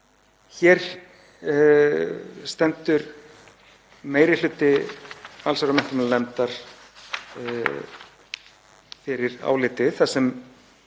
Hér stendur meiri hluti allsherjar- og menntamálanefndar fyrir áliti þar sem